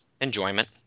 Enjoyment